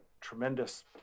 tremendous